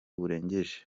burengeje